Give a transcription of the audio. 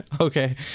okay